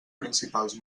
principals